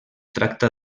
tracta